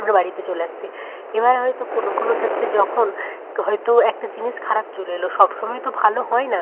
আমরা বাড়িতে চলে আসছে এবার হয়তো কোনও কোনও ক্ষেত্রে যখন হয়তো একটা জিনিস খারাপ চলে এলো সবসময় তো ভালো হয় না